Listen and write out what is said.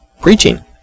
preaching